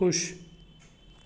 खु़शि